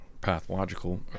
pathological